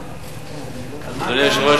אדוני היושב-ראש,